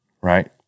Right